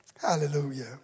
Hallelujah